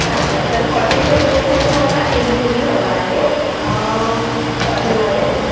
अच्छा तर कॉटनच्या ड्रेसमध्ये मला एक जोडी हवा आहे कॉटनमध्ये